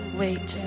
wait